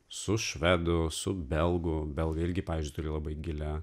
su švedų su belgų belgai irgi pavyzdžiui turi labai gilią